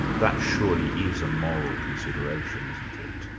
that surely is a moral consideration, isn't it?